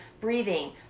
breathing